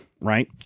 right